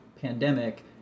pandemic